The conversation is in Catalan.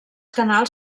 canals